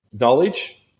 knowledge